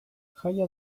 jaia